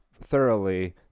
thoroughly